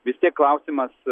vis tiek klausimas